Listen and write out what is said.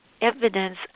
evidence